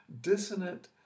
dissonant